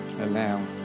allow